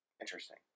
Interesting